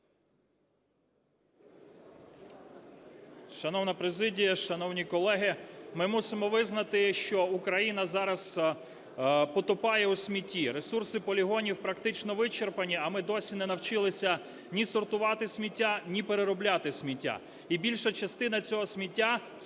Шановна президія, шановні колеги, ми мусимо визнати, що Україна зараз потопає у смітті, ресурси полігонів практично вичерпані, а ми досі не навчилися ні сортувати сміття, ні переробляти сміття, і більша частина цього сміття –